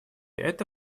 это